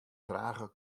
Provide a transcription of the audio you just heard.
trage